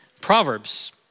Proverbs